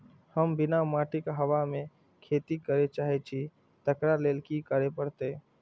हम बिना माटिक हवा मे खेती करय चाहै छियै, तकरा लए की करय पड़तै?